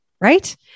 Right